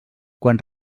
quan